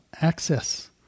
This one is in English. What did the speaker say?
access